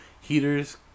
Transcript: Heaters